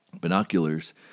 Binoculars